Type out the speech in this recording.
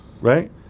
right